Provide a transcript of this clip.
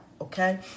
okay